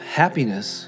happiness